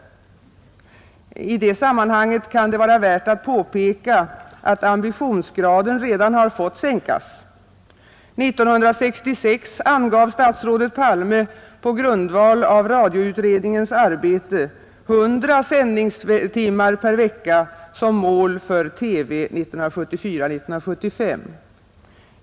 I det sammanhanget kan det vara värt att påpeka att ambitionsgraden redan har måst sänkas. År 1966 angav statsrådet Palme på grundval av radioutredningens arbete 100 sändningstimmar per vecka som mål för TV 1974/75.